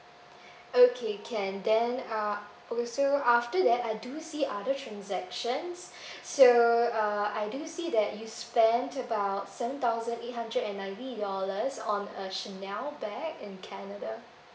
okay can then uh also after that I do see other transactions so uh I do see that you spent about seven thousand eight hundred and ninety dollars on a chanel bag in canada